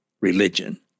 religion